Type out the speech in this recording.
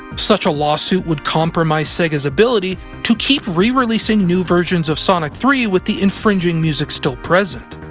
such a lawsuit would compromise sega's ability to keep re-releasing new versions of sonic three with the infringing music still present.